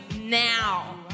now